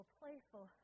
playful